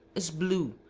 is blue,